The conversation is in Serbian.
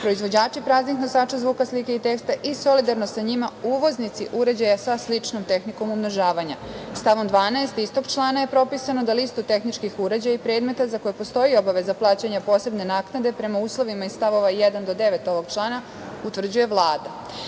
proizvođači praznih nosača zvuka, slike i teksta i solidarno sa njima uvoznici uređaja sa sličnom tehnikom umnožavanja. Stavom 12. istog člana je propisano da listu tehničkih uređaja i predmeta za koje postoji obaveza plaćanja posebne naknade prema uslovima iz stavova 1. do 9. ovog člana utvrđuje